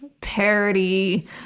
parody